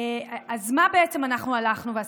אז מה בעצם אנחנו הלכנו ועשינו?